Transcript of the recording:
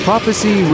Prophecy